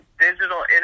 digital